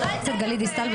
דיסטל.